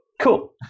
Cool